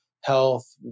health